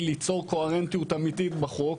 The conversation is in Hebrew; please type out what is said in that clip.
על מנת לייצר קוהרנטיות אמיתית בחוק,